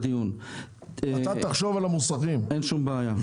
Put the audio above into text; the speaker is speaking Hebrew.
אין שום בעיה.